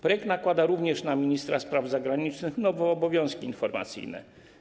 Projekt nakłada również na ministra spraw zagranicznych nowe obowiązki informacyjne.